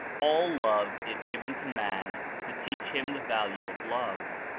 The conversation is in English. all love is given to man to teach him the value of love.